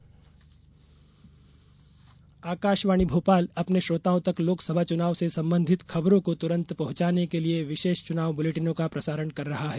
विशेष समाचार बुलेटिन आकाशवाणी भोपाल अपने श्रोताओं तक लोकसभा चुनाव से संबंधित खबरों को तुरन्त पहुंचाने के लिये विशेष चुनाव बुलेटिनों का प्रसारण कर रहा है